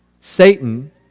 Satan